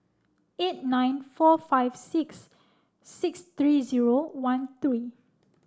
eight nine four five six six three zero one three